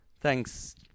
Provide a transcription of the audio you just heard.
thanks